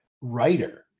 writer